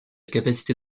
capacité